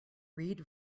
read